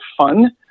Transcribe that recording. fun